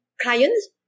clients